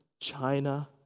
China